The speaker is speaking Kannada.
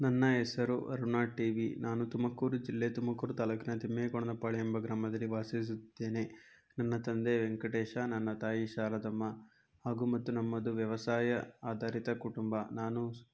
ನನ್ನ ಹೆಸರು ಅರುಣಾ ಟಿ ವಿ ನಾನು ತುಮಕೂರು ಜಿಲ್ಲೆ ತುಮಕೂರು ತಾಲೂಕಿನ ತಿಮ್ಮೇಗೌಡನ ಪಾಳೆ ಎಂಬ ಗ್ರಾಮದಲ್ಲಿ ವಾಸಿಸುತ್ತೇನೆ ನನ್ನ ತಂದೆ ವೆಂಕಟೇಶ ನನ್ನ ತಾಯಿ ಶಾರದಮ್ಮ ಹಾಗೂ ಮತ್ತು ನಮ್ಮದು ವ್ಯವಸಾಯ ಆಧಾರಿತ ಕುಟುಂಬ ನಾನು